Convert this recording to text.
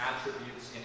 attributes